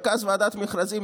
מרכזת ועדת מכרזים,